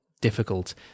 difficult